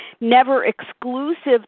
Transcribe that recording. never-exclusive